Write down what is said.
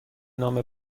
نامه